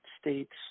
states